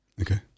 Okay